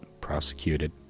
prosecuted